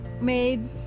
made